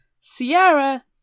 Sierra